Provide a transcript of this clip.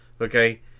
Okay